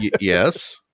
Yes